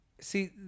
See